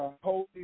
hold